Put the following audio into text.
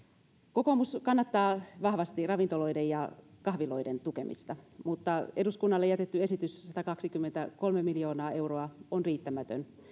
kokoomus kannattaa vahvasti ravintoloiden ja kahviloiden tukemista mutta eduskunnalle jätetty esitys satakaksikymmentäkolme miljoonaa euroa on riittämätön